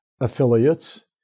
affiliates